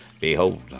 Behold